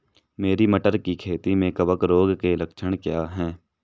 मेरी मटर की खेती में कवक रोग के लक्षण क्या हैं?